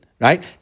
right